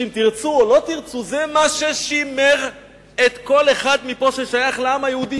זה מה ששימר כל אחד פה ששייך לעם היהודי,